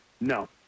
No